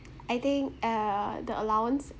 I think uh the allowance